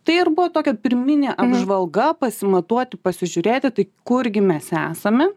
tai ir buvo tokia pirminė apžvalga pasimatuoti pasižiūrėti tai kurgi mes esame